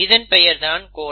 இதன் பெயர்தான் கோடன்